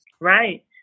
right